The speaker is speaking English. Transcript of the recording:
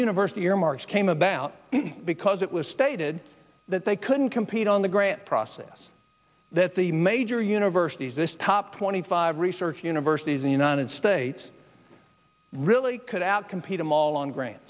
university earmarks came about because it was stated that they couldn't compete on the grant process that the major universities this top twenty five research universities in the united states really could outcompete amol on gra